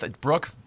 Brooke